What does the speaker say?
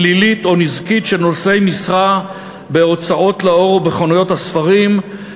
פלילית או נזקית של נושאי משרה בהוצאות לאור או בחנויות הספרים,